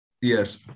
Yes